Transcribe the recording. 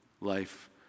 life